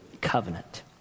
covenant